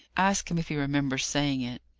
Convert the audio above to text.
ask him if he remembers saying it.